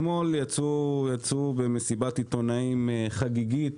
אתמול יצאו במסיבת עיתונאים חגיגית,